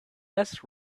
less